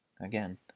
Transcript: Again